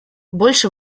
больше